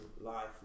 life